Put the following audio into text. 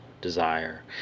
desire